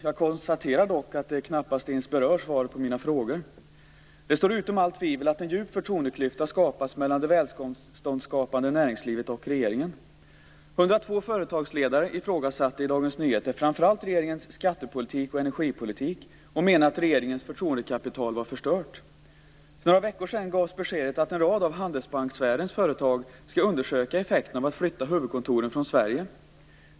Jag konstaterar dock att det knappast ens berör svar på mina frågor. Det står utom allt tvivel att en djup förtroendeklyfta skapats mellan det välståndsskapande näringslivet och regeringen. 102 företagsledare ifrågasatte i Dagens Nyheter framför allt regeringens skattepolitik och energipolitik och menade att regeringens förtroendekapital var förstört. För några veckor sedan gavs beskedet att en rad av Handelsbankssfärens företag skall undersöka effekterna av att flytta huvudkontoren från Sverige.